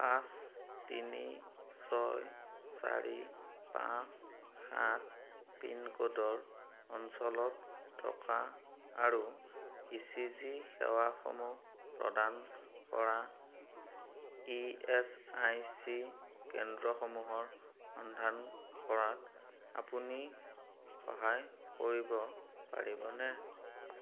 পাঁচ তিনি ছয় চাৰি পাঁচ সাত পিন ক'ডৰ অঞ্চলত টকা আৰু ইছিজি সেৱাসমূহ প্ৰদান কৰা ইএছআইচি কেন্দ্ৰসমূহৰ সন্ধান কৰাত আপুনি সহায় কৰিব পাৰিবনে